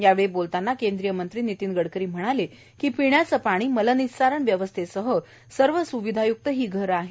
यावेळी बोलताना केंद्रीय मंत्री नितीन गडकरी म्हणाले की पिण्याचं पाणी मल निस्सारण व्यवस्थेसह सर्व सुविधायुक्त ही घरं आहेत